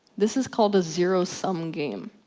this is called a zero sum game.